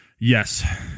Yes